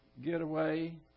getaway